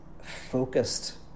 focused